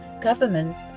governments